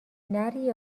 نری